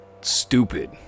stupid